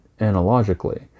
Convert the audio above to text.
analogically